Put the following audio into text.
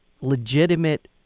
legitimate